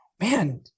man